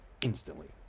instantly